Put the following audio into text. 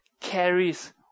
carries